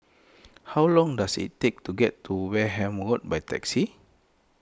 how long does it take to get to Wareham Road by taxi